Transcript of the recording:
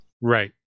Right